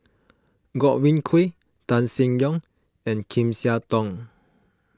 Godwin Koay Tan Seng Yong and Lim Siah Tong